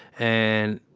and,